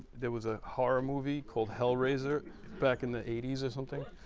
there was a horror movie called hellraiser back in the eighty s or something